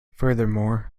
furthermore